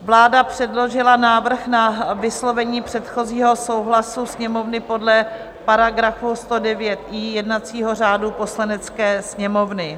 Vláda předložila návrh na vyslovení předchozího souhlasu Sněmovny podle § 109i jednacího řádu Poslanecké sněmovny.